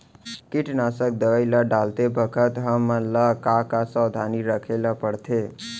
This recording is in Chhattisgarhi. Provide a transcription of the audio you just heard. कीटनाशक दवई ल डालते बखत हमन ल का का सावधानी रखें ल पड़थे?